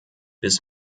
bis